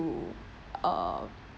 uh